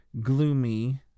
gloomy